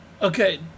Okay